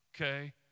okay